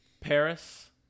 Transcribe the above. Paris